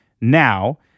now